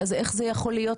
אז איך זה יכול להיות?